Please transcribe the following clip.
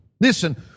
Listen